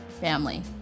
family